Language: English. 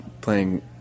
playing